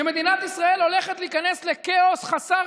כשמדינת ישראל הולכת להיכנס לכאוס חסר